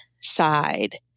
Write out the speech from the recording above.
side